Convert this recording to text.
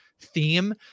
theme